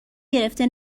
گرفته